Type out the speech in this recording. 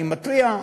אני מתריע,